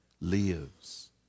lives